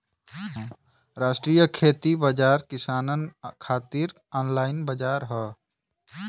राष्ट्रीय खेती बाजार किसानन खातिर ऑनलाइन बजार हौ